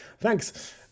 Thanks